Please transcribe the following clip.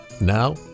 Now